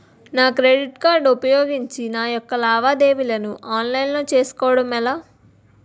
నా credit card ఉపయోగించి నా యెక్క లావాదేవీలను ఆన్లైన్ లో చేసుకోవడం ఎలా?